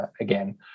again